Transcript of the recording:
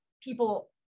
people